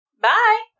Bye